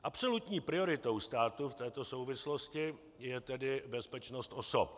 Absolutní prioritou státu v této souvislosti je tedy bezpečnost osob.